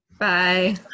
Bye